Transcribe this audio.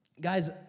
Guys